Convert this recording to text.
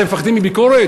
אתם מפחדים מביקורת?